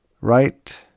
Right